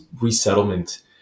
resettlement